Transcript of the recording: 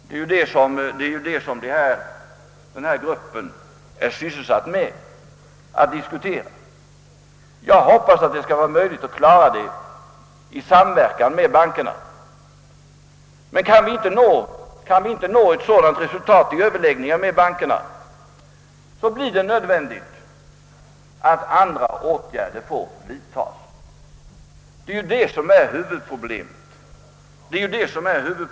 Det är ju detta problem som arbets gruppen är sysselsatt med, men jag hoppas att det skall bli möjligt att klara det i samverkan med bankerna. Kan vi inte nå resultat vid överläggningar med bankerna, blir det emellertid nödvändigt att vidta andra åtgärder. Detta är huvudproblemet.